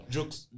Jokes